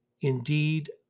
Indeed